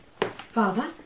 Father